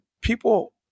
people